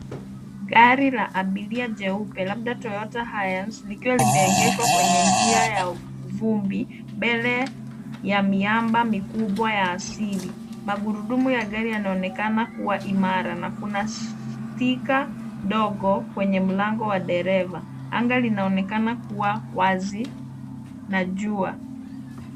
Gari la abiria jeupe, labda Toyota Hiace, likiwa limeegeshwa kwenye njia ya vumbi mbele ya miamba mikubwa ya asili. Magurudumu ya gari yanaonekana kuwa imara na kuna sticker ndogo kwenye mlango wa dereva. Anga linaonekaa kuwa wazi na jua.